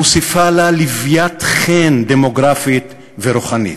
מוסיפה לה לוויית חן דמוגרפית ורוחנית.